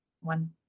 One